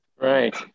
Right